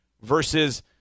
versus